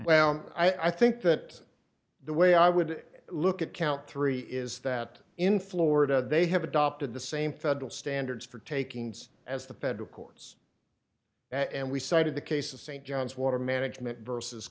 well i think that the way i would look at count three is that in florida they have adopted the same federal standards for taking as the federal courts and we cited the case of st john's water management versus